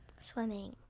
Swimming